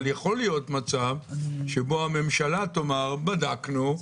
אבל יכול להיות שהממשלה תאמר: בדקנו,